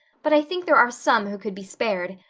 but i think there are some who could be spared,